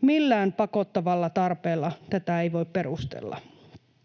Millään pakottavalla tarpeella tätä ei voi perustella.